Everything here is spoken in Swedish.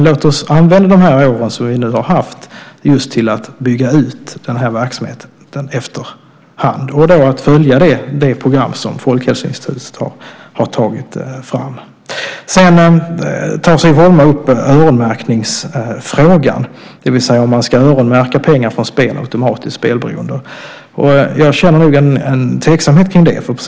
Låt oss använda de här åren till att bygga ut verksamheten efter hand och följa det program som Folkhälsoinstitutet har tagit fram. Siv Holma tar upp öronmärkningsfrågan, det vill säga om man ska öronmärka pengar från spel automatiskt till spelberoende. Jag känner en tveksamhet kring det.